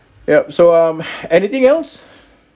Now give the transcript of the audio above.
yup so um anything else